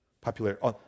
Popularity